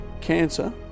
Cancer